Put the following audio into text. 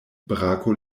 brako